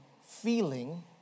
feeling